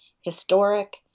historic